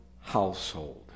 household